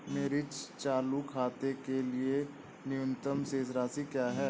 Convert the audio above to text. मेरे चालू खाते के लिए न्यूनतम शेष राशि क्या है?